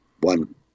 one